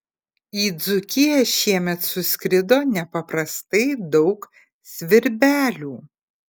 į dzūkiją šiemet suskrido nepaprastai daug svirbelių